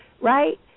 right